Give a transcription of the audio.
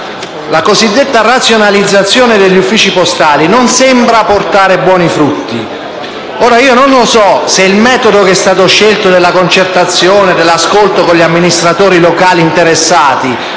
La cosiddetta razionalizzazione degli uffici postali non sembra portare buoni frutti. Ora, non so se il metodo che è stato scelto, della concertazione e dell'ascolto degli amministratori locali interessati